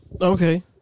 Okay